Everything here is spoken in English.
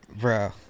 Bro